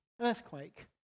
earthquake